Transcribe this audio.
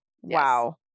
wow